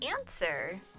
answer